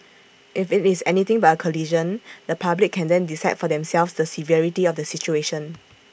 if IT is anything but A collision the public can then decide for themselves the severity of the situation